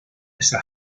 esa